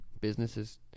businesses